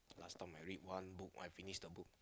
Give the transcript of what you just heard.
last time I read one book I finish the book